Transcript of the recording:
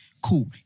Cool